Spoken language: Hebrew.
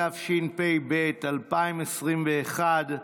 התשפ"ב 2021,